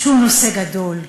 שהוא נושא גדול,